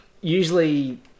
usually